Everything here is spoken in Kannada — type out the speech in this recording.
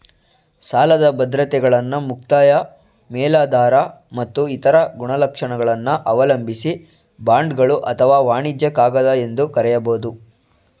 ಸಾಲದ ಬದ್ರತೆಗಳನ್ನ ಮುಕ್ತಾಯ ಮೇಲಾಧಾರ ಮತ್ತು ಇತರ ಗುಣಲಕ್ಷಣಗಳನ್ನ ಅವಲಂಬಿಸಿ ಬಾಂಡ್ಗಳು ಅಥವಾ ವಾಣಿಜ್ಯ ಕಾಗದ ಎಂದು ಕರೆಯಬಹುದು